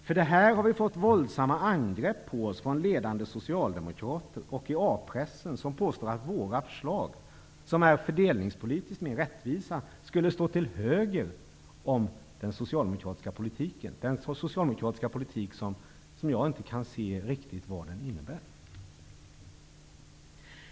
För detta har vi fått våldsamma angrepp på oss från ledande socialdemokrater och i A-pressen som påstår att våra förslag, som är fördelningspolitiskt mera rättvisa, skulle stå till höger om den socialdemokratiska politiken -- den socialdemokratiska politik som jag inte riktigt kan se vad den innebär.